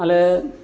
ᱟᱞᱮ